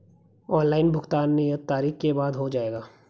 Online भुगतान नियत तारीख के बाद हो जाएगा?